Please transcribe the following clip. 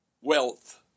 wealth